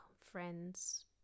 Friends